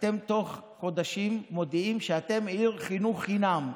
אתן בתוך חודשים מודיעות שאתן "עיר חינוך חינם".